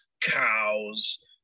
cows